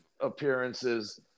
appearances